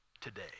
today